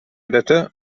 editor